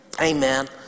Amen